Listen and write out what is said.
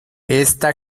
esta